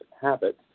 habit